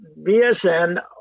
BSN